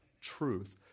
truth